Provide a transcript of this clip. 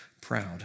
proud